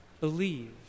believe